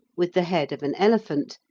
with the head of an elephant,